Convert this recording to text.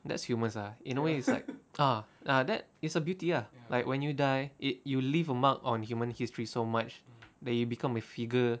that's humans lah in a way ah that it's a beauty ah like when you die i~ you leave a mark on human history so much that you become a figure